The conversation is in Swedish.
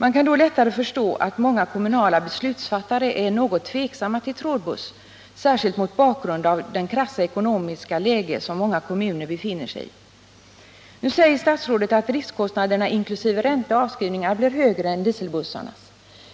Man kan lättare förstå att många kommunala beslutsfattare är något tveksamma till trådbussdrift, särskilt mot bakgrund av det besvärliga ekonomiska läge som många kommuner befinner sig i. Nu säger statsrådet att driftkostnaderna, inkl. ränta och avskrivningar, blir högre än för dieselbussar.